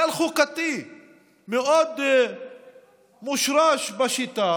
כלל חוקתי מאוד מושרש בשיטה